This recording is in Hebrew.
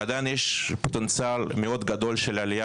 ועדיין יש פוטנציאל מאוד גדול של עלייה